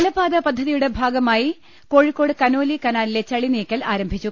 ജലപാത പദ്ധതിയുടെ ഭാഗമായി കോഴിക്കോട് കനോലി കനാലിലെ ചളിനീക്കൽ ആരംഭിച്ചു